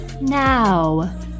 Now